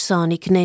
Sonic